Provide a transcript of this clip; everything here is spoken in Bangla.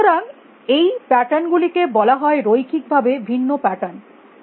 সুতরাং এই প্যাটার্ন গুলিকে বলা হয় রৈখিক ভাবে ভিন্ন প্যাটার্ন প্যাটার্ন